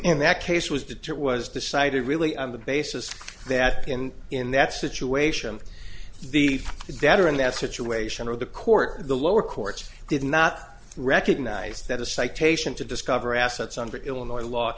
in that case was due to it was decided really on the basis that in in that situation the better in that situation or the court the lower courts did not recognize that a citation to discover assets under illinois law